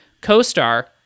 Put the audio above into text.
co-star